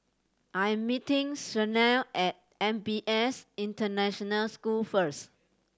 I am meeting Shayne at N P S International School first